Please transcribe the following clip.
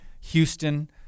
Houston